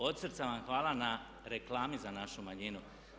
Od srca vam hvala na reklami za našu manjinu.